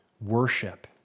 worship